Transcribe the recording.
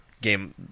game